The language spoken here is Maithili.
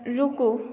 रुकू